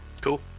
Cool